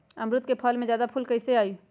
अमरुद क फल म जादा फूल कईसे आई बताई?